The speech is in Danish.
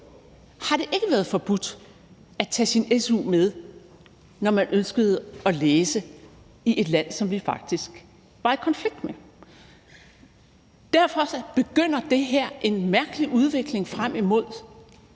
har det ikke været forbudt at tage sin su med, når man ønskede at læse i et land, som vi faktisk var i konflikt med. Derfor starter det her en mærkelig udvikling frem imod